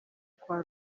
kwa